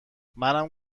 منم